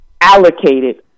allocated